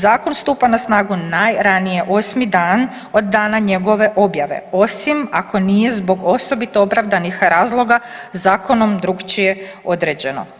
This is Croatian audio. Zakon stupa na snagu najranije osmi dan od dana njegove objave osim ako nije zbog osobito opravdanih razloga zakonom drukčije određeno.